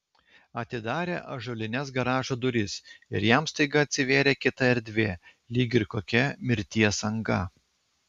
atidarė ąžuolines garažo duris ir jam staiga atsivėrė kita erdvė lyg ir kokia mirties anga